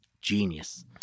genius